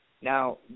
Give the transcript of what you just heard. Now